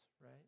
right